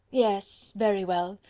yes, very well.